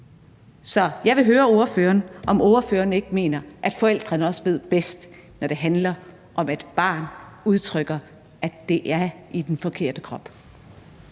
Så jeg vil høre ordføreren, om ordføreren ikke mener, at forældrene ved bedst, når det handler om, at et barn udtrykker, at det er i den forkerte krop.